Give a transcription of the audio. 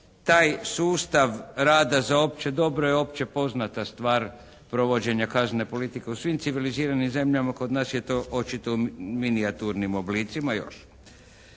Taj sustava rada za opće dobro je općepoznata stvar provođenja kaznene politike u svim civiliziranim zemljama. Kod nas je to očito u minijaturnim oblicima još.